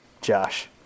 Josh